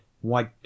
white